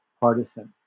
partisan